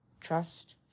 trust